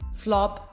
flop